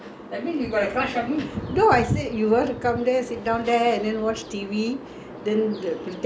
then pretending wasting time we cannot even do anything my sister and I cannot come out from the room also